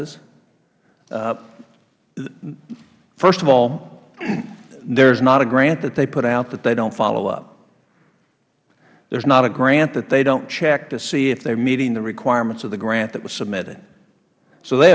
s first of all there is not a grant that they put out that they dont follow up there is not a grant that they dont check to see if they are meeting the requirements of the grant that was submitted they